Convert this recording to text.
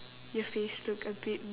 your face look a bit